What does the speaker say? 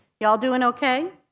you all doing okay?